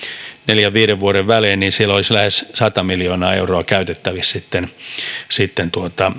neljän viiden vuoden välein niin siellä olisi lähes sata miljoonaa euroa käytettävissä sitten sitten